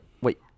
Wait